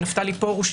נפתלי פרוש,